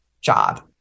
job